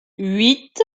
huit